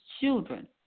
children